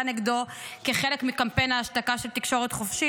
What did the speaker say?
נגדו כחלק מקמפיין ההשתקה של תקשורת חופשית,